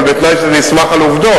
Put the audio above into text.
אבל בתנאי שזה נסמך על עובדות.